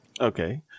Okay